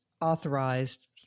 authorized